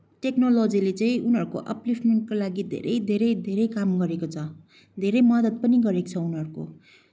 टेक्नोलोजीले चाहिँ उनीहरूको अपलिफ्टमेन्टको लागि धेरै धेरै धेरै काम गरेको छ धेरै मद्दत पनि गरेको छ उनीहरूको